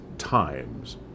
times